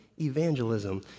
evangelism